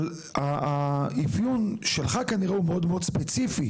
אבל האפיון שלך הוא כנראה מאוד מאוד ספציפי.